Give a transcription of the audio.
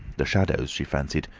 the shadows, she fancied,